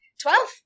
Twelve